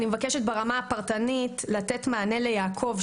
ברמה הפרטנית אני מבקשת לתת מענה ליעקב,